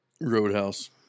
Roadhouse